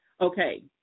Okay